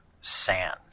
sand